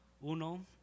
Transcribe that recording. uno